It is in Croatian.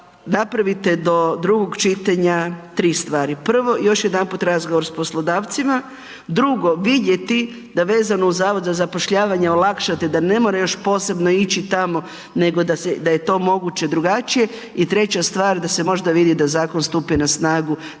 napravite do drugog čitanja tri stvari. Prvo još jedanput razgovor s poslodavcima, drugo vidjeti da vezano uz HZZ olakšate da ne mora još posebno ići tamo nego da je to moguće drugačije i treća stvar da se možda vidi da zakon stupi na snagu